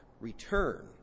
return